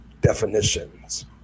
definitions